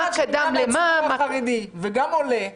מה קדם למה --- הרי אני כאחד שבא מהציבור החרדי וגם עולה,